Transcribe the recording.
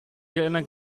gerne